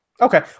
Okay